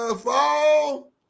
Fall